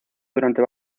durante